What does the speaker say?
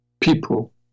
people